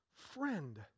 friend